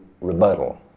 rebuttal